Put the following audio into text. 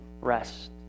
rest